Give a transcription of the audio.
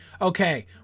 okay